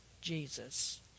Jesus